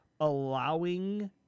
allowing